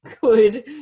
good